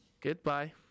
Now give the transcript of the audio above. goodbye